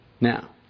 Now